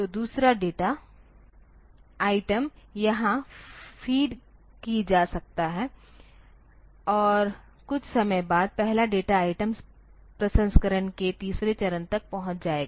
तो दूसरा data item यहां फेड की जा सकता है और कुछ समय बाद पहला डेटा आइटम प्रसंस्करण के तीसरे चरण तक पहुंच जाएगा